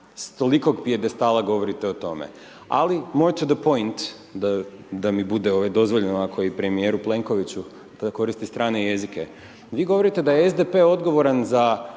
ne razumije./… govorite o tome. Ali …/Govornik se ne razumije./… da mi bude dozvoljeno, ako je i premjeru Plenkoviću, da koristi strane jezike, vi govorite da je SDP odgovoran za